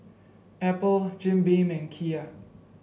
Apple Jim Beam and Kia